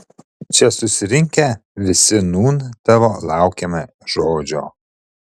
čia susirinkę visi nūn tavo laukiame žodžio